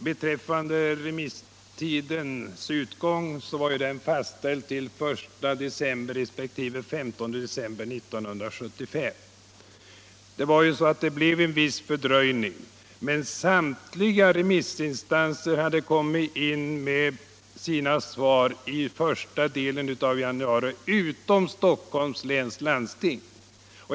Herr talman! Remisstidens utgång var fastställd till den 1 december resp. den 15 december 1975. Det blev en viss fördröjning, men samtliga remissinstanser hade kommit in med sina svar i första delen av januari 1976 utom Stockholms läns landsting.